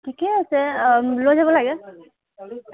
ঠিকে আছে লৈ যাব লাগে